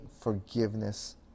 forgiveness